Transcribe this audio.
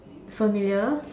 familiar